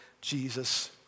Jesus